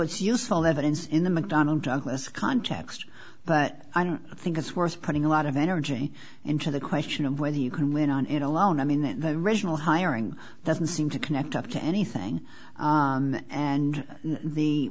it's useful evidence in the mcdonnell douglas context but i don't think it's worth putting a lot of energy into the question of whether you can win on it alone i mean in the original hiring doesn't seem to connect up to anything and the